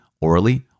orally